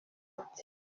ati